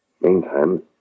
Meantime